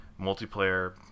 multiplayer